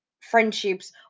friendships